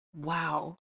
Wow